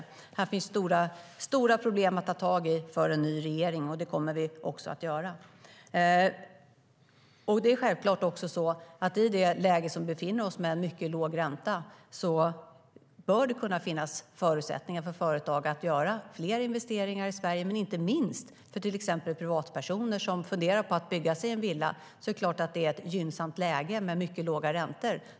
Det finns stora problem att ta tag i för en ny regering, och det kommer vi att göra. I det läge vi befinner oss, med mycket låg ränta, bör det finnas förutsättningar för företag att göra fler investeringar i Sverige. Inte minst för privatpersoner, som funderar på att bygga sig en villa, är det ett gynnsamt läge med mycket låga räntor.